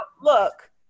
look